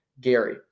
Gary